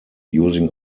using